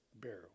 barrel